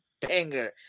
banger